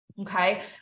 Okay